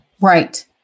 right